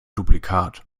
duplikat